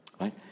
right